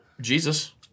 Jesus